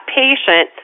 patient